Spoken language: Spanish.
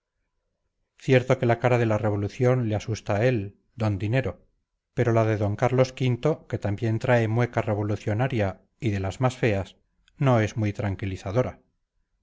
cierto que la cara de la revolución le asusta a él don dinero pero la de carlos v que también trae mueca revolucionaria y de las más feas no es muy tranquilizadora